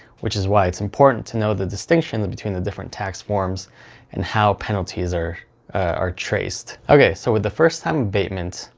which is why it's important to know the distinction between the different tax forms and how penalties are are traced okay. so with the first time abatement,